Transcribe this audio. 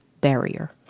barrier